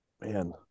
man